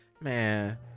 man